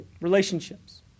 relationships